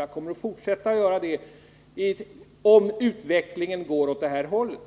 Jag kommer att göra det även framöver om utvecklingen fortsätter att gå åt det här hållet.